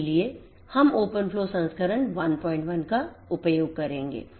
इसलिए हम open flow संस्करण 11 का उपयोग करेंगे